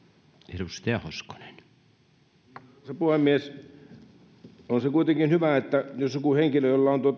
arvoisa puhemies on se kuitenkin hyvä jos jollekin henkilölle jolla on